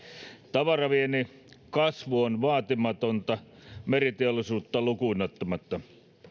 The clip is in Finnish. tavaraviennin kasvu on vaatimatonta meriteollisuutta lukuun ottamatta